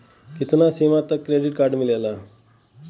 कितना सीमा तक के क्रेडिट कार्ड मिलेला?